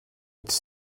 its